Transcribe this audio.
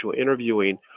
interviewing